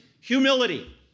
Humility